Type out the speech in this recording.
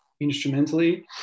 instrumentally